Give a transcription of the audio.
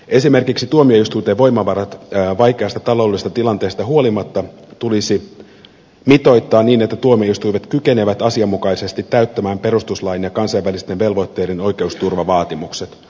esimerkiksi tuomioistuinten voimavarat vaikeasta taloudellisesta tilanteesta huolimatta tulisi mitoittaa niin että tuomioistuimet kykenevät asianmukaisesti täyttämään perustuslain ja kansainvälisten velvoitteiden oikeusturvavaatimukset